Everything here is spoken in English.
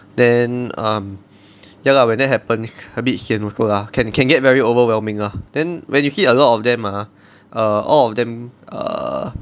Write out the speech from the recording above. then um ya lah when that happens a bit sian also lah can can get very overwhelming lah then when you see a lot of them ah err all of them err